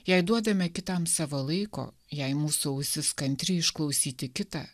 jei duodame kitam savo laiko jei mūsų ausis kantri išklausyti kitą